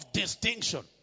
distinction